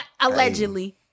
allegedly